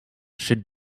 should